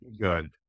Good